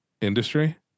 industry